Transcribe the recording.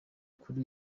kuri